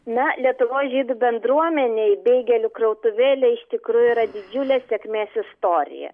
na lietuvoj žydų bendruomenėj beigelių krautuvėlė iš tikrųjų yra didžiulė sėkmės istorija